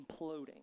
imploding